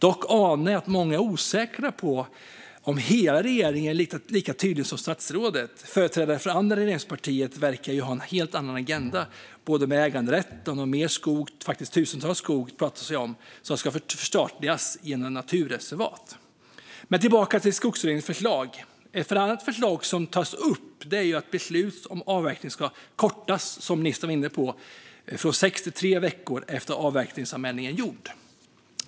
Dock anar jag att många är osäkra på om hela regeringen är lika tydlig som statsrådet. Företrädare för det andra regeringspartiet verkar ju ha en helt annan agenda, både när det gäller äganderätten och när det gäller att mer skog - det pratas faktiskt om tusentals hektar skog - ska förstatligas genom naturreservat. Men jag ska gå tillbaka till Skogsutredningen. Ett annat förslag är att handläggningstiden när det gäller beslut om avverkning ska kortas, som ministern var inne på, från sex till tre veckor efter att avverkningsanmälan är gjord.